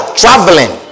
traveling